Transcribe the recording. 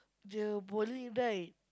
the bowling right